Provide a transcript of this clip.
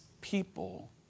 people